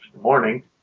morning